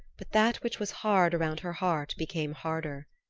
but that which was hard around her heart became harder.